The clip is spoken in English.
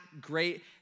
great